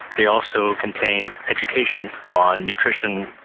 they also contain education on nutrition,